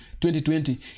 2020